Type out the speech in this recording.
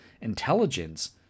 intelligence